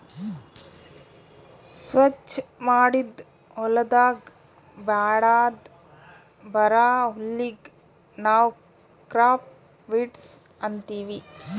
ಸ್ವಚ್ ಮಾಡಿದ್ ಹೊಲದಾಗ್ ಬ್ಯಾಡದ್ ಬರಾ ಹುಲ್ಲಿಗ್ ನಾವ್ ಕ್ರಾಪ್ ವೀಡ್ಸ್ ಅಂತೀವಿ